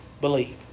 believe